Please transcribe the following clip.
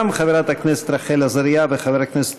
גם חברת הכנסת רחל עזריה וחבר הכנסת